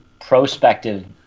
prospective